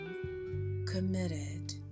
committed